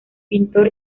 pintor